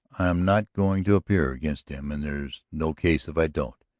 i am not going to appear against him and there's no case if i don't.